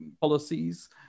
policies